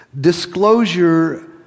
Disclosure